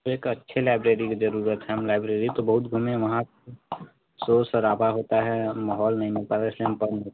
एक अच्छे लाइब्रेरी की जरुरत है हम लाइब्रेरी तो बहुत घूमे हैं वहाँ शोर शराबा होता है और माहौल नहीं मिल पाता है इसलिए हम पढ़